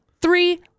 three